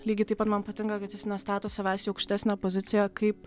lygiai taip pat man patinka kad jis nestato savęs į aukštesnę poziciją kaip